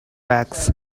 backs